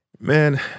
Man